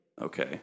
Okay